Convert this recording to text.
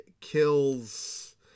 kills